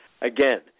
again